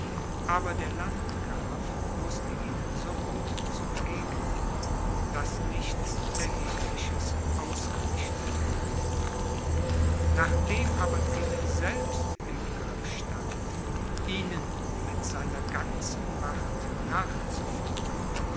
aber der landgraf wußte ihnen so gut zu begegnen daß nichts erhebliches ausgerichtet wurde nachdem aber tilly selbst im begriff stand ihnen mit seiner ganzen macht nachzufolgen